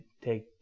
take